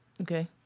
Okay